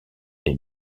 des